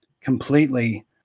completely